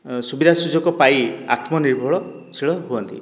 ସୁବିଧା ସୁଯୋଗ ପାଇ ଆତ୍ମନିର୍ଭରଶୀଳ ହୁଅନ୍ତି